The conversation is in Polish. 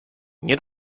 nie